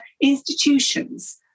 institutions